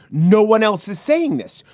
no one else is saying this.